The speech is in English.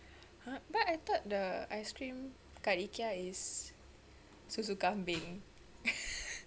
!huh! but I thought the ice cream kat ikea is susu kambing